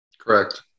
correct